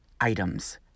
items